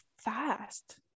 fast